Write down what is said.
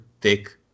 thick